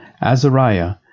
Azariah